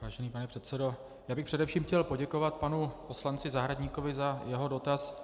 Vážený pane předsedo, já bych především chtěl poděkovat panu poslanci Zahradníkovi za jeho dotaz.